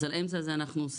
אז על האמצע הזה אנחנו עושים.